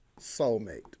soulmate